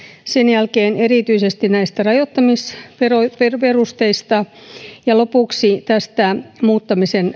sen jälkeen erityisesti näitä rajoittamisperusteita ja lopuksi tätä muuttamisen